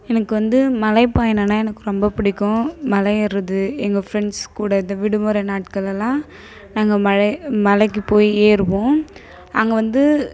எனக்கு வந்து மலைப் பயணம்னால் எனக்கு ரொம்ப பிடிக்கும் மலை ஏறுறது எங்கள் ஃபிரண்ட்ஸ் கூட இந்த விடுமுறை நாட்களெல்லாம் நாங்கள் மலை மலைக்குப் போயி ஏறுவோம் அங்கே வந்து